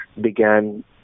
began